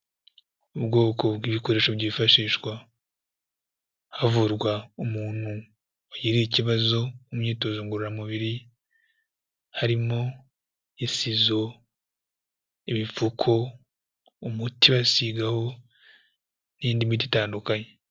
Ubwoko bw'ibikoresho byifashishwa havurwa umuntu wagiriye ikibazo mu myitozo ngororamubiri, harimo isizo, ibipfuko, umuti basigaho n'indi miti itandukanye.